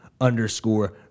underscore